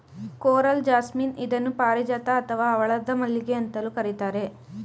coral jasmine ಇದನ್ನು ಪಾರಿಜಾತ ಅಥವಾ ಹವಳದ ಮಲ್ಲಿಗೆ ಅಂತಲೂ ಕರಿತಾರೆ